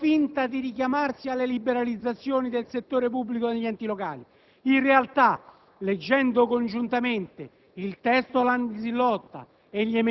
La riforma proposta, facendo finta di richiamarsi alle liberalizzazioni del settore pubblico degli enti locali, ma in realtà leggendo congiuntamente